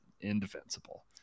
indefensible